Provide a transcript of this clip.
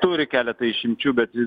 turi keletą išimčių bet vis